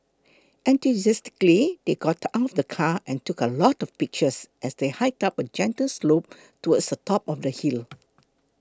enthusiastically they got out of the car and took a lot of pictures as they hiked up a gentle slope towards the top of the hill